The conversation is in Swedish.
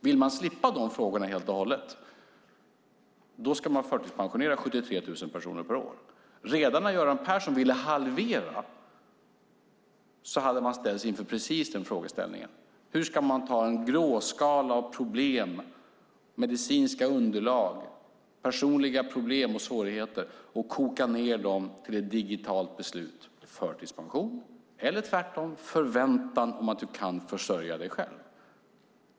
Vill man slippa de frågorna helt och hållet ska man förtidspensionera 73 000 personer per år. Redan när Göran Persson ville halvera hade man ställts inför precis den frågeställningen: Hur ska man ta en gråskala av problem, medicinska underlag, personliga problem och svårigheter och koka ned dem till ett digitalt beslut: förtidspension eller tvärtom en förväntan om att du kan försörja dig själv?